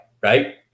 right